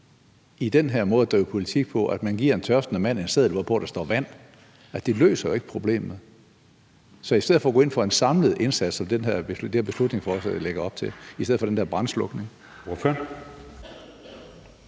på ender det jo for ofte med, at man giver en tørstende mand en seddel, hvorpå der står vand. Det løser jo ikke problemet. Så der kunne man gå ind for en samlet indsats, hvilket er det, som beslutningsforslaget lægger op til, i stedet for den der brandslukning.